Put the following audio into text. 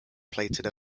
plated